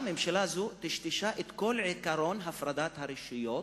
שממשלה זו טשטשה את כל עקרון הפרדת הרשויות.